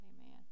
amen